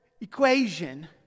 equation